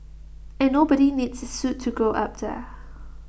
and nobody needs suit to go up there